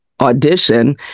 audition